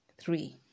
three